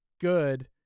good